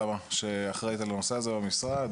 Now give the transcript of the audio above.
היחידה שאחראית על הנושא הזה במשרד,